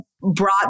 brought